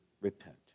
repent